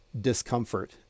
discomfort